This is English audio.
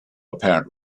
apparent